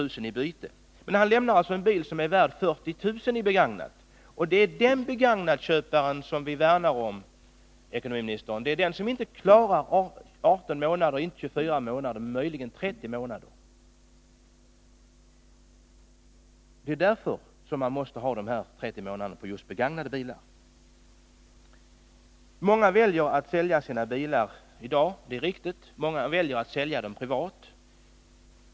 emellan i byte, men han lämnar alltså en bil som är värd 40 000 kr. som begagnad. Och det är köparen av den begagnade bilen vi värnar om, herr ekonomiminister. Det är den köparen som inte klarar avbetalningen på 18 månader, inte heller på 24 månader, men möjligen på 30 månader. Det är därför de 30 månaderna behövs just vid försäljning av begagnade bilar. Många väljer att sälja sina bilar i dag. Många väljer att sälja dem privat.